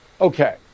Okay